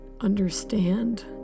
understand